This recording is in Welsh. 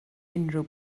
unrhyw